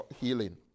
healing